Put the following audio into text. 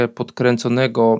podkręconego